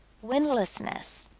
windlessness.